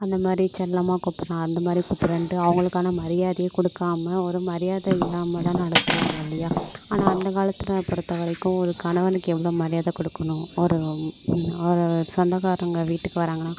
அந்த மாதிரி செல்லமாக கூப்பிட்றேன் அந்த மாதிரி கூப்பிட்றேன்ட்டு அவங்களுக்கான மரியாதையை கொடுக்காம ஒரு மரியாதை இல்லாம தான் நடத்துவாங்க இல்லையா ஆனால் அந்த காலத்தில் பொறுத்த வரைக்கும் ஒரு கணவனுக்கு எவ்வளோ மரியாதை கொடுக்கணும் ஒரு ஒரு சொந்தக்காரங்க வீட்டுக்கு வராங்கன்னா